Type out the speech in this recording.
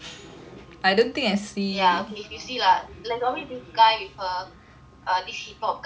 ya okay if you see lah there is always this guy with a a this hip hop guy he is the teacher